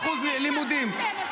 תודה רבה באמת שעזרתם.